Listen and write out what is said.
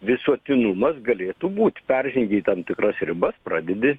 visuotinumas galėtų būt peržengei tam tikras ribas pradedi